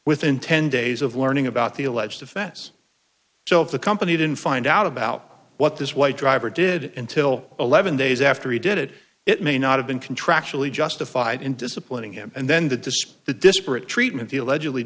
within ten days of learning about the alleged offense so if the company didn't find out about what this white driver did until eleven days after he did it it may not have been contractually justified in disciplining him and then the disk the disparate treatment he allegedly